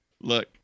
look